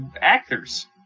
actors